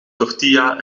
tortilla